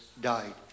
died